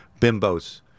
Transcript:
Bimbos